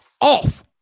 off